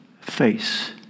face